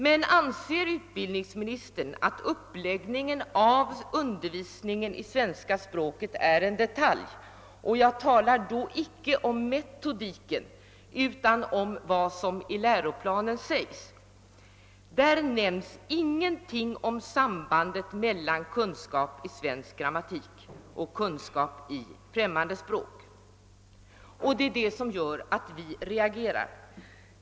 Men anser utbildningsministern att uppläggningen av undervisningen i svenska språket är en detalj? Jag talar nu inte om metodiken utan om vad som sägs i läroplanen. Där sägs ingenting om sambandet mellan kunskap i svensk grammatik och kunskap i främmande språk. Det är detta som gör att vi reagerar.